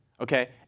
okay